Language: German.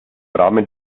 rahmen